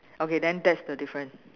okay then that's the difference